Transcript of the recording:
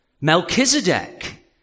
Melchizedek